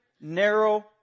narrow